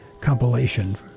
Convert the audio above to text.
compilation